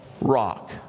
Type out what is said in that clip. Rock